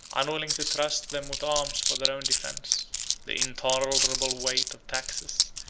unwilling to trust them with arms for their own defence the intolerable weight of taxes,